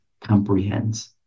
comprehends